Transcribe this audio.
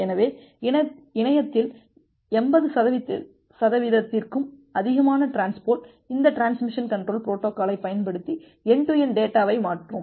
எனவே இணையத்தில் 80 சதவீதத்திற்கும் அதிகமான டிரான்ஸ்போர்ட் இந்த டிரான்ஸ்மிஷன் கண்ட்ரோல் பொரோட்டோகாலைப் பயன்படுத்தி என்டு டு என்டு டேட்டாவை மாற்றும்